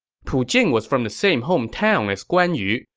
pu jing was from the same hometown as guan yu,